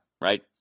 right